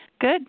Good